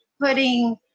putting